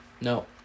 No